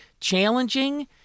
challenging